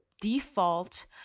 default